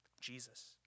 Jesus